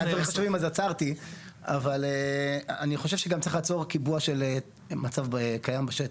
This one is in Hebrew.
אני חושב שגם צריך לעצור קיבוע של מצב קיים בשטח.